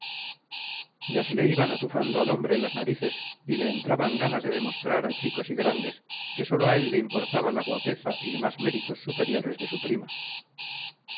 ya se le iban atufando al hombre las narices y le entraban ganas de demostrar a chicos y grandes que sólo a él le importaba la guapeza y demás méritos superiores de su prima